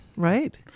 Right